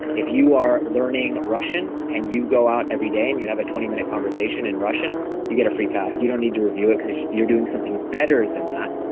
if you are learning russian and you go out everyday, and you have a twenty minute conversation in russian you get a free pass. you don't need to review it because you're doing something better than that,